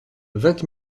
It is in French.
vingt